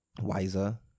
wiser